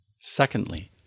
Secondly